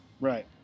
Right